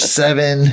seven